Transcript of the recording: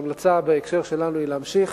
וההמלצה בהקשר שלנו היא להמשיך